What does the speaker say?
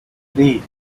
three